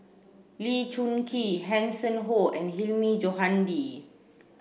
Lee Choon Kee Hanson Ho and Hilmi Johandi